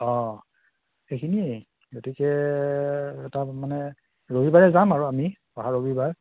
অ' সেইখিনিয়েই গতিকে এটা মানে ৰবিবাৰে যাম আৰু আমি অহা ৰবিবাৰ